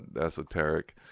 esoteric